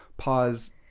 pause